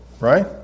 Right